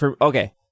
okay